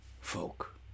folk